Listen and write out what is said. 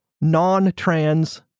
non-trans